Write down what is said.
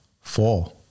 four